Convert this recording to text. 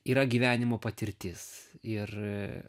yra gyvenimo patirtis ir